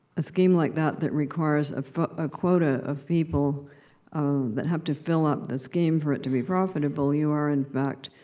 a scheme like that that requires a ah quote ah of people that have to fill up the scheme for it to be profitable, you are in fact.